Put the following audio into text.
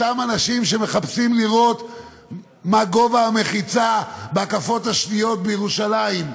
אותם אנשים שמחפשים לראות מה גובה המחיצה בהקפות השניות בירושלים,